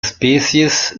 species